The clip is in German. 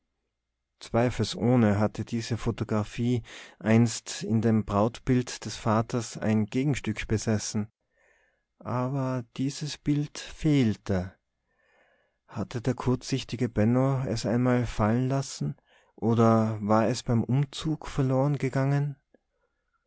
zweifelsohne hatte diese photographie einst in dem brautbild des vaters ein gegenstück besessen aber dieses bild fehlte hatte der kurzsichtige benno es einmal fallen lassen oder war es beim umzug verlorengegangen